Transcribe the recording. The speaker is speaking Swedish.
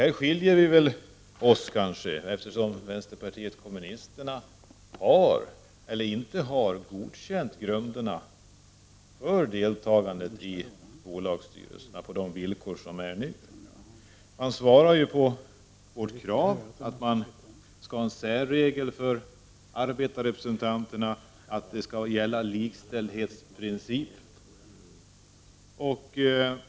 Här skiljer sig alltså uppfattningarna, eftersom vi i vpk inte har godkänt grunderna för deltagande i bolagsstyrelser, på de villkor som gäller nu. Man svarar beträffande vårt krav att det skall vara en särregel för arbetarrepresentanterna och att likställdhetsprincipen skall gälla.